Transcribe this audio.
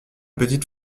petite